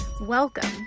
Welcome